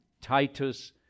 Titus